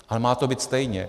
Ale má to být stejně.